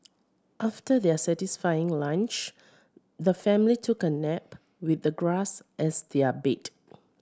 after their satisfying lunch the family took a nap with the grass as their bed